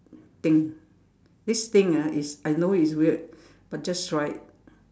thing this thing ah is I know it's weird but just try it